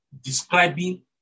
describing